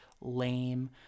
lame